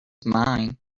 mine